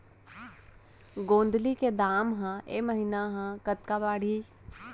गोंदली के दाम ह ऐ महीना ह कतका बढ़ही?